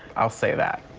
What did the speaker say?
i'll say that.